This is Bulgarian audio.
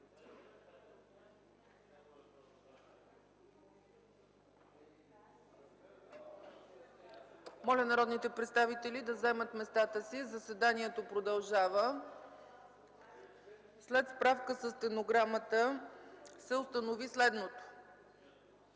Моля, народните представители да заемат местата си, заседанието продължава. След справка със стенограмата се установи следното: